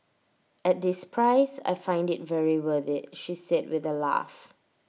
at this price I find IT very worth IT she said with A laugh